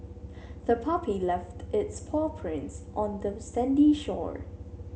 the puppy left its paw prints on the sandy shore